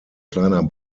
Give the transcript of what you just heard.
kleiner